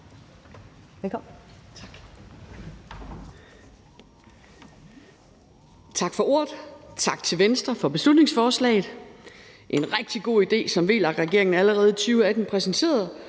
Juul (KF): Tak for ordet, og tak til Venstre for beslutningsforslaget. Det er en rigtig god idé, som VLAK-regeringen allerede i 2018 præsenterede,